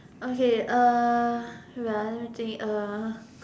okay uh wait ah let me think uh